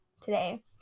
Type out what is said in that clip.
today